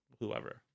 whoever